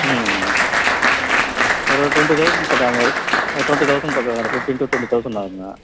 ம் ம் ஒரு டொண்ட்டி தெளசண்ட் பக்கம் ஆகுங்க ஒரு ஒரு டொண்ட்டி தெளசண்ட் பக்கம் வரும் ஃபிஃப்டீன் டு டொண்ட்டி தெளசண்ட் ஆகுங்க